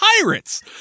pirates